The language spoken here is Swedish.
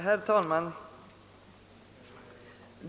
Herr talman!